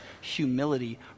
humility